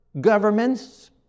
governments